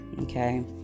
Okay